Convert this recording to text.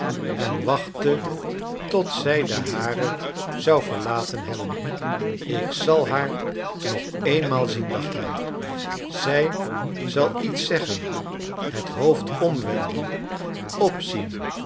en wachtte tot zij den haren zou verlaten hebben ik zal haar nog eenmaal zien dacht hij zij zal iets zeggen het hoofd omwenden opzien